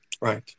Right